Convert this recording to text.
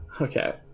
Okay